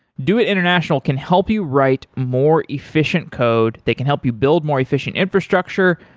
doit international can help you write more efficient code, they can help you build more efficient infrastructure.